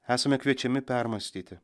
esame kviečiami permąstyti